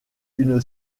une